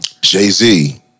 Jay-Z